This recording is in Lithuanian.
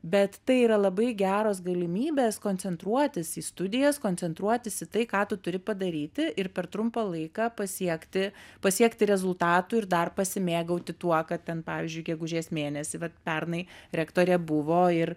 bet tai yra labai geros galimybės koncentruotis į studijas koncentruotis į tai ką tu turi padaryti ir per trumpą laiką pasiekti pasiekti rezultatų ir dar pasimėgauti tuo kad ten pavyzdžiui gegužės mėnesį pernai rektorė buvo ir